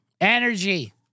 energy